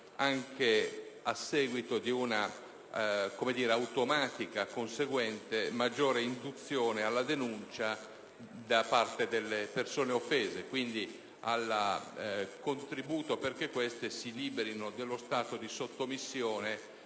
anche a seguito di un'automatica e conseguente maggiore induzione alla denuncia da parte delle persone offese e, quindi, al contributo perché queste si liberino dello stato di sottomissione